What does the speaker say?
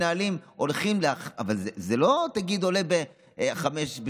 לא תגיד שזה עולה ב-5%,